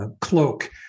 cloak